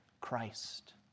Christ